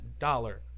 Dollar